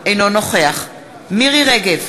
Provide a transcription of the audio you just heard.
אינו נוכח מירי רגב,